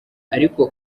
ariko